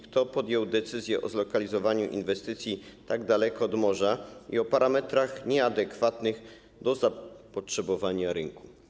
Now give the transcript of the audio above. Kto podjął decyzję o zlokalizowaniu inwestycji tak daleko od morza i o parametrach nieadekwatnych do zapotrzebowania rynku?